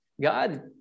God